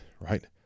right